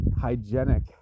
hygienic